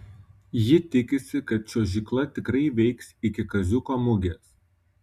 ji tikisi kad čiuožykla tikrai veiks iki kaziuko mugės